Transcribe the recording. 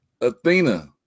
Athena